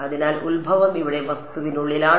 അതിനാൽ ഉത്ഭവം ഇവിടെ വസ്തുവിനുള്ളിലാണ്